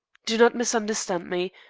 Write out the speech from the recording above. do not misunderstand me.